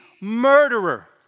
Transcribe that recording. murderer